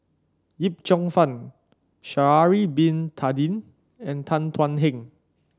Yip Cheong Fun Shaari Bin Tadin and Tan Thuan Heng